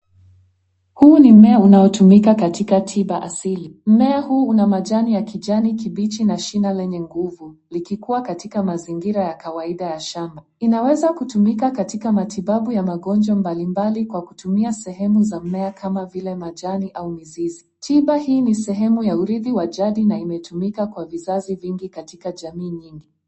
Huu ni mmea unaotumika katika tiba asili mmea huu una majani ya kijani kibichi na shina lenye nguvu lilkikua katika mazingira ya kawaida ya shamba. Linaweza kutumika katika matibabu ya magonjwa mbali mbali kwa kutumia sehemu za mmea kama vile majani au mizizi tiba hii ni sehemu ya uridhi wa jadi na imetumika vizazi vingi katika jamii nyingi.